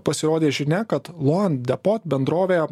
pasirodė žinia kad lon de po bendrovė